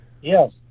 Yes